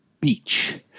beach